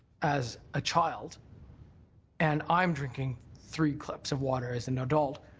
as a child and i'm drinking three cups of water as an adult,